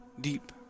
Deep